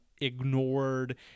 ignored